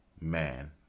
Man